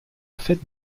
fête